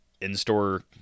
in-store